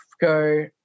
go